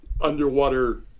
underwater